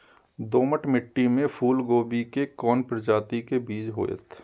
दोमट मिट्टी में फूल गोभी के कोन प्रजाति के बीज होयत?